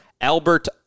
Albert